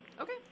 Okay